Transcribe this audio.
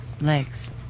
legs